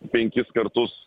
penkis kartus